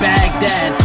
Baghdad